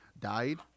died